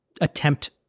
attempt